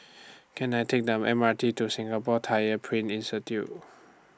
Can I Take The M R T to Singapore Tyler Print Institute